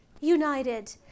united